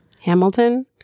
Hamilton